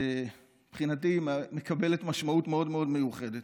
שמבחינתי היא מקבלת משמעות מאוד מאוד מיוחדת.